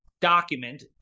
document